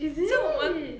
is it